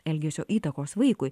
elgesio įtakos vaikui